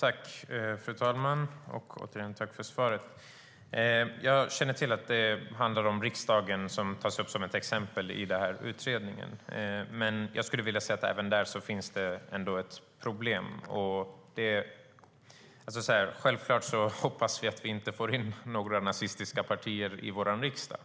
Fru talman! Jag tackar åter för svaret. Jag känner till att representation i riksdagen tas upp som ett exempel i utredningen, men jag skulle vilja säga att det finns ett problem även där. Självklart hoppas vi att vi inte får in några nazistiska partier i vår riksdag.